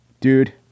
dude